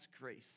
grace